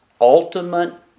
ultimate